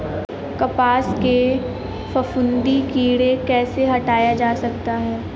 कपास से फफूंदी कीड़ा कैसे हटाया जा सकता है?